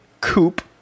Coupe